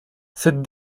cette